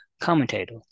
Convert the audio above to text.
commentator